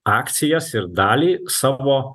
akcijas ir dalį savo